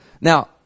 Now